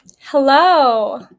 Hello